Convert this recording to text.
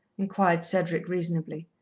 inquired cedric reasonably.